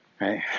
right